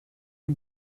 les